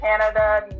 Canada